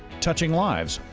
touching lives,